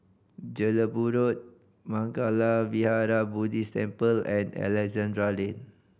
Jelebu Road Mangala Vihara Buddhist Temple and Alexandra Lane